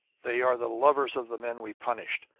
they are the lovers of the men we punished!